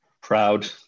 Proud